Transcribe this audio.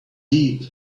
deep